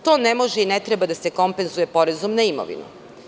To ne može i ne treba da se kompenzuje porezom na imovinu.